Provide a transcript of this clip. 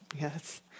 Yes